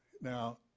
Now